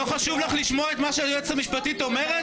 לא חשוב לך לשמוע מה היועצת המשפטית אומרת?